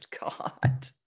God